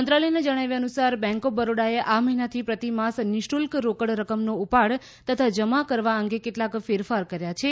મંત્રાલયના જણાવ્યા અનુસાર બેન્ક ઓફ બરોડાએ આ મહિનાથી પ્રતિ માસ નિઃશુલ્ક રોકડ રકમનો ઉપાડ તથા જમા કરવા અંગે કેટલાંક ફેરફાર કર્યા છે